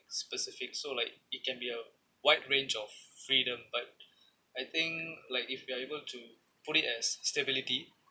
specific so like it can be a wide range of freedom but I think like if you are able to put it as stability